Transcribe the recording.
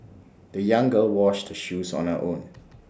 the young girl washed the shoes on her own